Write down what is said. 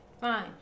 Fine